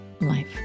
Life